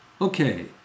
Okay